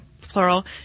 plural